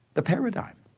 the paradigm.